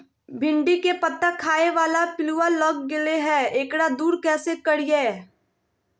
भिंडी के पत्ता खाए बाला पिलुवा लग गेलै हैं, एकरा दूर कैसे करियय?